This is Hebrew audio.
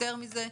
יותר מזה,